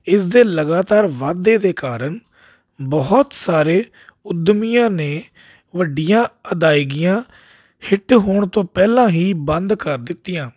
ਇਸਦੇ ਲਗਾਤਾਰ ਵਾਧੇ ਦੇ ਕਾਰਨ ਬਹੁਤ ਸਾਰੇ ਉੱਦਮੀਆਂ ਨੇ ਵੱਡੀਆਂ ਅਦਾਇਗੀਆਂ ਹਿੱਟ ਹੋਣ ਤੋਂ ਪਹਿਲਾਂ ਹੀ ਬੰਦ ਕਰ ਦਿੱਤੀਆਂ